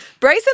Brayson